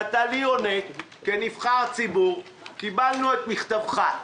ואתה לי עונה כנבחר ציבור - קיבלנו את מכתבך.